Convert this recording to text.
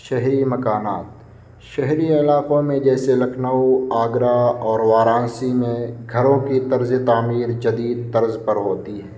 شہری مکانات شہری علاقوں میں جیسے لکھنؤ آگرہ اور وارانسی میں گھروں کی طرز تعمیر جدید طرز پر ہوتی ہے